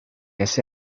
ese